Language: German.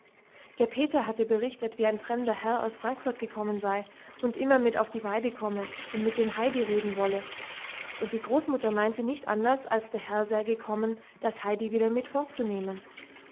der peter hatte berichtet wie ein fremder herr aus frankfurt gekommen sei und immer mit auf die weide komme und mit dem heidi reden wolle und die großmutter meinte nicht anders als der herr sei gekommen das heidi wieder mit fortzunehmen